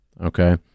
Okay